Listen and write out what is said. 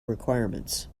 requirements